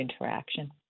interaction